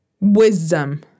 Wisdom